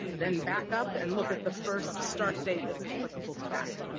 then back up and look at the first start date that's applicable to that.